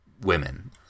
women